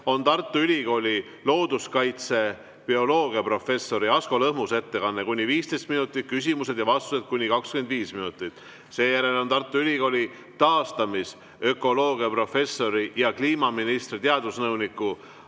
on Tartu Ülikooli looduskaitsebioloogia professori Asko Lõhmuse ettekanne, see on kuni 15 minutit, küsimused ja vastused on kuni 25 minutit. Seejärel on Tartu Ülikooli taastamisökoloogia professori ja kliimaministri teadusnõuniku